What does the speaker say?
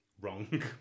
wrong